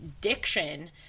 diction